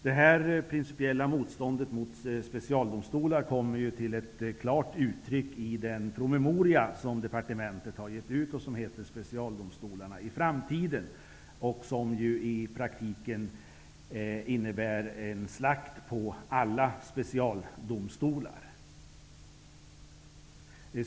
Det här principiella motståndet mot specialdomstolar kommer till klart uttryck i den promemoria som departementet har gett ut, som heter ''Specialdomstolar i framtiden'' och som ju i praktiken innebär ren slakt på alla specialdomstolar.